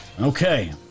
Okay